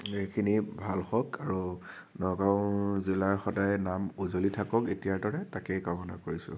এইখিনি ভাল হওক আৰু নগাওঁ জিলাৰ সদায় নাম উজ্বলি থাকক এতিয়াৰ দৰে তাকেই কামনা কৰিছোঁ